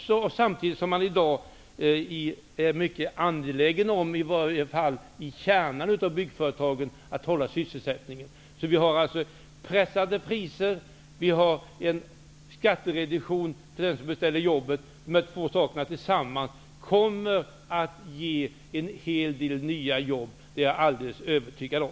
Samtidigt är man i dag, i varje fall i kärnan av byggföretagen, angelägen om att hålla sysselsättningen uppe. Vi har pressade priser och en skattereduktion för den som beställer jobbet. Dessa två saker tillsammans kommer att ge en hel del nya jobb, det är jag övertygad om.